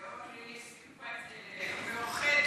לאורלי יש סימפתיה אליך, מיוחדת.